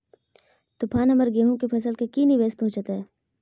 तूफान हमर गेंहू के फसल के की निवेस पहुचैताय?